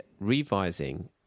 revising